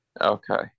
Okay